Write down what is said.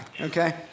okay